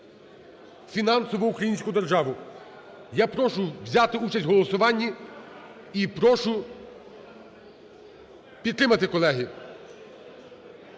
Я прошу взяти участь в голосуванні і прошу підтримати, колеги.